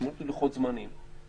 משמעות ללוחות זמנים.